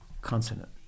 consonant